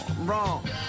Wrong